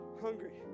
Hungry